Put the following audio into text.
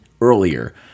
earlier